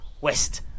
west